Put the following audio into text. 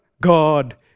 God